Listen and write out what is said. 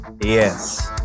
Yes